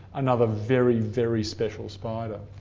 another very, very special spider.